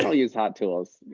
used hot tools,